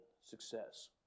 success